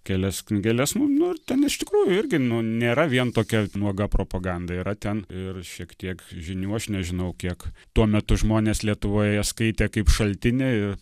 kelias knygeles nu nu ir ten iš tikrųjų irgi nu nėra vien tokia nuoga propaganda yra ten ir šiek tiek žinių aš nežinau kiek tuo metu žmonės lietuvoje skaitė kaip šaltinį